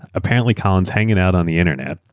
apparently, colin's hanging out on the internet.